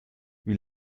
wie